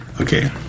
okay